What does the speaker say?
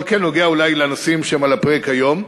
אבל כן נוגע אולי לנושאים שהם על הפרק היום.